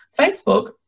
Facebook